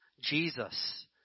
Jesus